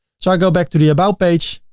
so i go back to the about page,